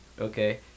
okay